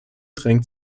drängt